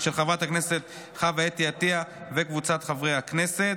של חברת הכנסת חוה אתי עטייה וקבוצת חברי הכנסת.